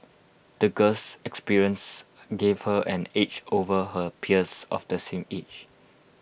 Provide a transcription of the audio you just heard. the girl's experiences gave her an edge over her peers of the same age